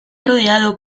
rodeado